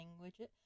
language